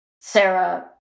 Sarah